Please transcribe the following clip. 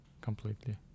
completely